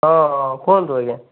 ହଁ ହଁ କୁହନ୍ତୁ ଆଜ୍ଞା